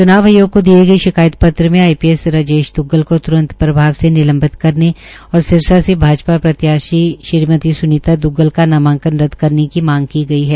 च्नाव आयोग को दिए गए शिकायत पत्र में आईपीएस राजेश द्रग्गल को त्रंत प्रभाव से निलंबित करने और सिरसा से भाजपा प्रत्याशी श्रीमती स्नीता द्ग्गल का नामांकन रद्द करने की मांग की गई है